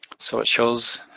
so it shows,